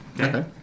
Okay